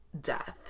death